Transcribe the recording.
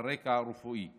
על רקע רפואי דחוף,